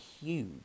huge